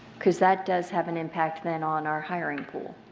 because that does have an impact then on our hiring pool.